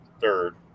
third